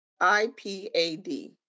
I-P-A-D